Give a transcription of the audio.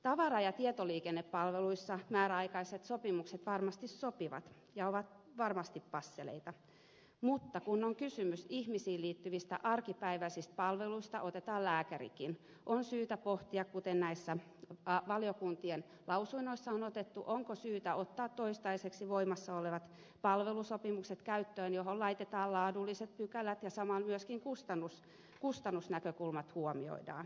tavara ja tietoliikennepalveluissa määräaikaiset sopimukset varmasti sopivat ja ovat varmasti passeleita mutta kun on kysymys ihmisiin liittyvistä arkipäiväisistä palveluista otetaan lääkärikin on syytä pohtia kuten näissä valiokuntien lausunnoissa on otettu onko syytä ottaa toistaiseksi voimassa olevat palvelusopimukset käyttöön joihin laitetaan laadulliset pykälät ja joissa myöskin kustannusnäkökulmat huomioidaan